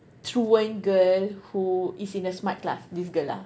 truant girl who is in the smart class this girl ah